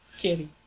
Kitty